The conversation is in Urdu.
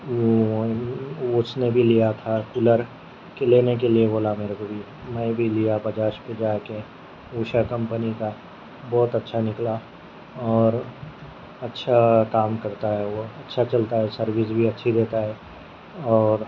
اس نے بھی لیا تھا کولر کہ لینے کے لیے بولا میر ے کو بھی میں بھی لیا بجاج پہ جا کے اوشا کمپنی کا بہت اچھا نکلا اور اچھا کام کرتا ہے وہ اچھا چلتا ہے سروس بھی اچھی دیتا ہے اور